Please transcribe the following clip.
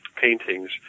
paintings